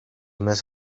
més